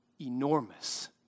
enormous